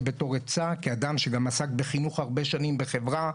בתור עצה כאדם שגם עסק בחינוך הרבה שנים בחברה,